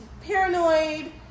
paranoid